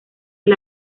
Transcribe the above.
del